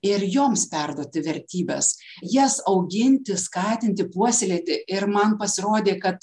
ir joms perduoti vertybes jas auginti skatinti puoselėti ir man pasirodė kad